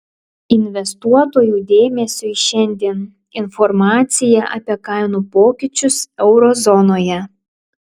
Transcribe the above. investuotojų dėmesiui šiandien informacija apie kainų pokyčius euro zonoje